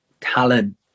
talent